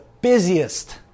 busiest